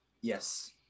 yes